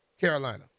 Carolina